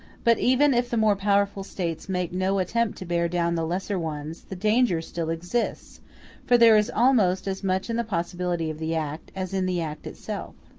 but even if the more powerful states make no attempt to bear down the lesser ones, the danger still exists for there is almost as much in the possibility of the act as in the act itself.